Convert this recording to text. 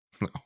No